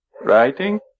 writing